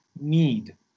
need